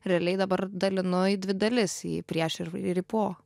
realiai dabar dalinu dvi dalis į prieš ir ir į po